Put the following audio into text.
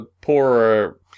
poorer